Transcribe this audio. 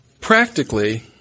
practically